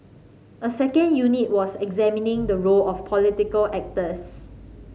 a second unit was examining the role of political actors